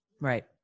right